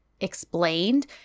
explained